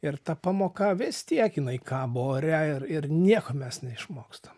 ir ta pamoka vis tiek jinai kabo ore ir ir nieko mes neišmokstam